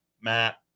Matt